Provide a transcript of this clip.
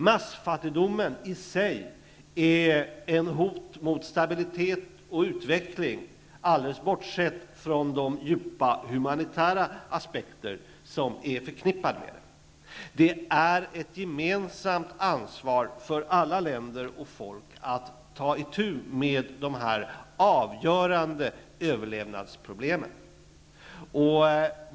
Massfattigdomen i sig är ett hot mot stabilitet och utveckling, alldeles bortsett från de djupa humanitära aspekter som är förknippade med den. Det är ett gemensamt ansvar för alla länder och folk att ta itu med dessa avgörande överlevnadsproblem.